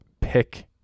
pick